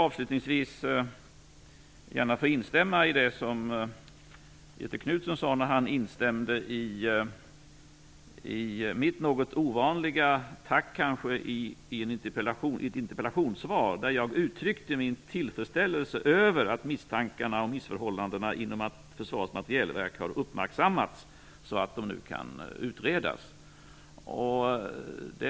Avslutningsvis vill jag gärna hålla med Göthe Knutson när han instämde i mitt, kanske något ovanliga, tack i ett interpellationssvar. Jag uttryckte där min tillfredsställelse med att misstankarna och missförhållandena inom Försvarets materielverk har uppmärksammats så att de nu kan utredas.